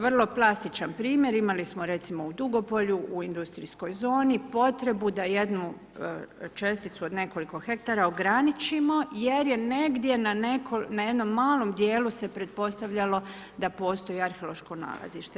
Vrlo plastičan primjer, imali smo recimo u Dugopolju, u industrijskoj zoni potrebu da jednu česticu od nekoliko hektara ograničimo jer je negdje na jednom malom dijelu se pretpostavljalo da postoji arheološko nalazište.